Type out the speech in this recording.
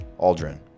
aldrin